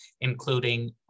including